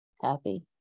Copy